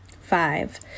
Five